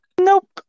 Nope